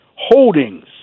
holdings